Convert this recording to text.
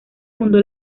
fundó